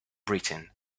britain